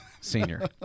Senior